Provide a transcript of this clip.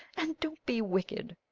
and don't be wicked.